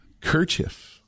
Kerchief